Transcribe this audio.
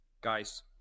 guys